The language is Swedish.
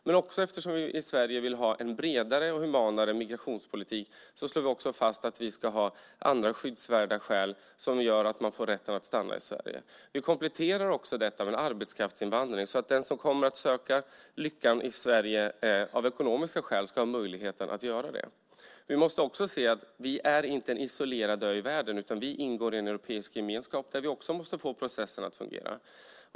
Men eftersom vi i Sverige vill ha en bredare och humanare migrationspolitik slår vi också fast att vi ska ha andra skyddsvärda skäl som gör att människor får rätt att stanna i Sverige. Vi kompletterar också detta med arbetskraftsinvandring så att den som kommer för att söka lyckan i Sverige av ekonomiska skäl ska ha möjligheten att göra det. Vi måste också se till att vi inte är en isolerad ö i världen, utan vi ingår i en europeisk gemenskap där vi också måste få processen att fungera.